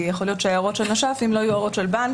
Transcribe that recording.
כי יכול להיות שההערות של נש"פים לא יהיו הערות של בנקים.